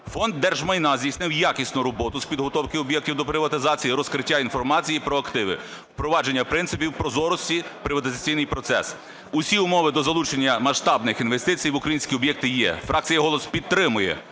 Фонд держмайна здійснив якісну роботу з підготовки об'єктів до приватизації, розкриття інформації про активи, впровадження принципів прозорості в приватизаційний процес. Усі умови до залучення масштабних інвестицій в українські об'єкти є. Фракція "Голос" підтримує